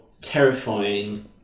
terrifying